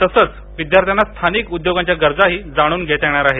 तसंच विदयार्थ्यांना स्थानिक उदयोगांच्या गरजाही जाणून घेता येणार आहेत